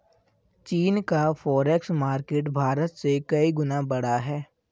चीन का forex market Bharat से कई गुना बड़ा है